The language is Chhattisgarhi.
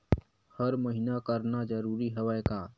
हर महीना करना जरूरी हवय का?